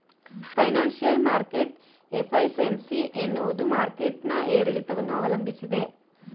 financial market efficiency ಎನ್ನುವುದು market ನ ಏರಿಳಿತವನ್ನು ಅವಲಂಬಿಸಿದೆ